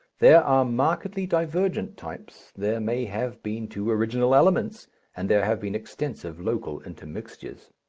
there are markedly divergent types, there may have been two original elements and there have been extensive local intermixtures.